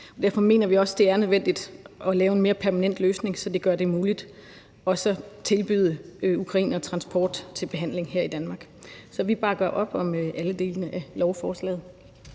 derfor mener vi også, det er nødvendigt at lave en mere permanent løsning, så det gør det muligt også at tilbyde ukrainere transport til behandling her i Danmark. Så vi bakker op om alle delene af lovforslaget.